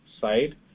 side